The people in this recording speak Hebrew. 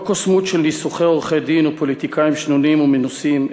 לא קוסמות של ניסוחי עורכי-דין או פוליטיקאים שנונים ומנוסים,